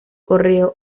correo